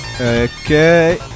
Okay